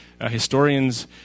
Historians